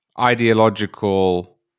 ideological